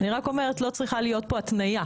אני רק אומרת: לא צריכה להיות פה התניה.